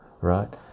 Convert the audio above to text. right